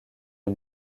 les